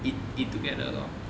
eat eat together lor